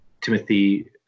timothy